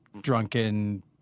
drunken